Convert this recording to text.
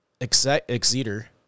exeter